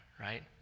right